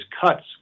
cuts